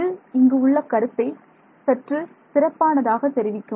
இது இங்கு உள்ள கருத்தை சற்று சிறப்பானதாக தெரிவிக்கும்